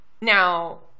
Now